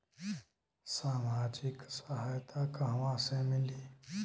सामाजिक सहायता कहवा से मिली?